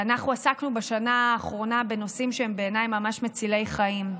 אנחנו עסקנו בשנה האחרונה בנושאים שהם בעיניי ממש מצילי חיים: